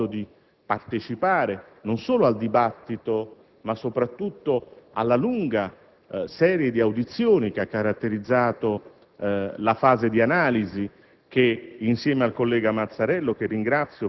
tutti coloro che hanno avuto modo di partecipare al dibattito, ma soprattutto alla lunga serie di audizioni che ha caratterizzato la fase di analisi.